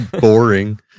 boring